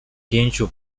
pięciu